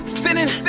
sinning